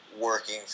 working